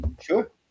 sure